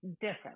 different